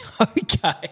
Okay